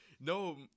No